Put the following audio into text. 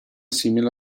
simile